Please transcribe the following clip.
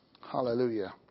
Hallelujah